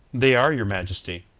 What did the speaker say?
they are, your majesty.